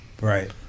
right